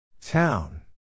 Town